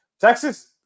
Texas